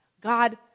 God